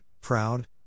proud